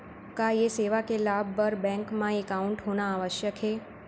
का ये सेवा के लाभ बर बैंक मा एकाउंट होना आवश्यक हे